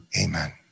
Amen